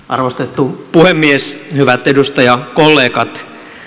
arvostettu puhemies hyvät edustajakollegat